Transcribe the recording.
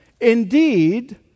Indeed